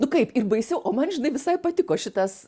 nu kaip ir baisiau o man žinai visai patiko šitas